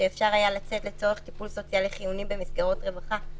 כשאפשר היה לצאת לצורך טיפול סוציאלי חיוני במסגרות רווחה,